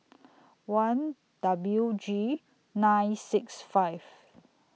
one W G nine six five